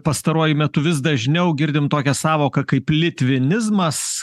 pastaruoju metu vis dažniau girdim tokią sąvoką kaip litvinizmas